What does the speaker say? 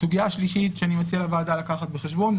סוגיה שלישית שאני מציע לוועדה לקחת בחשבון זה